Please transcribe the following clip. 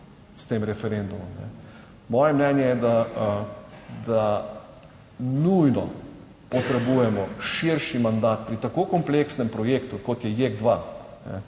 s tem referendumom. Moje mnenje je, da nujno potrebujemo širši mandat pri tako kompleksnem projektu, kot je JEK2.